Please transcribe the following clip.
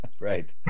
Right